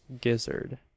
gizzard